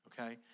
okay